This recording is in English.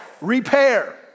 Repair